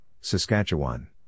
Saskatchewan